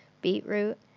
beetroot